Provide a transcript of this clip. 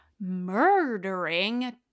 murdering